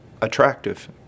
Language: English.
attractive